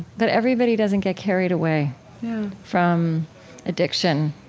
but everybody doesn't get carried away from addiction,